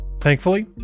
Thankfully